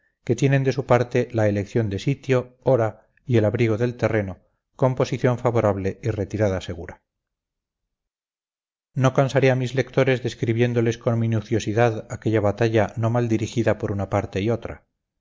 que tienen de su parte la elección de sitio hora y el abrigo del terreno con posición favorable y retirada segura no cansaré a mis lectores describiéndoles con minuciosidad aquella batalla no mal dirigida por una parte y otra